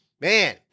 Man